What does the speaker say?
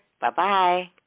Bye-bye